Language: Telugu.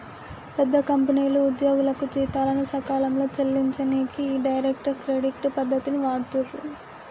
పెద్ద కంపెనీలు ఉద్యోగులకు జీతాలను సకాలంలో చెల్లించనీకి ఈ డైరెక్ట్ క్రెడిట్ పద్ధతిని వాడుతుర్రు